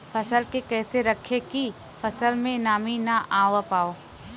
फसल के कैसे रखे की फसल में नमी ना आवा पाव?